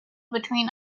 between